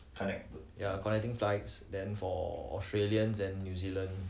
the ya connecting flights then for australians and new zealanders